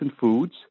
Foods